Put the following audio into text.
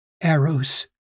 arrows